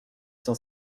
cent